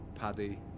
Paddy